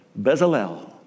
Bezalel